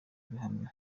babihamya